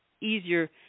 Easier